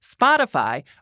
Spotify